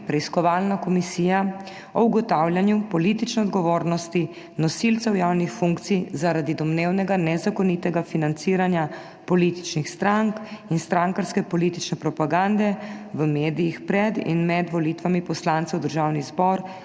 Preiskovalne komisije o ugotavljanju politične odgovornosti nosilcev javnih funkcij zaradi domnevnega nezakonitega financiranja političnih strank in strankarske politične propagande v medijih pred in med volitvami poslancev v Državni zbor